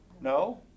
No